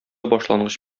башлангыч